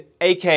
AK